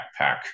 backpack